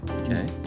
Okay